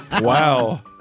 Wow